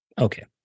Okay